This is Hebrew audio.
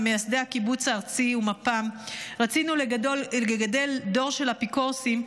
ממייסדי הקיבוץ הארצי ומפ"ם: רצינו לגדל דור של אפיקורוסים,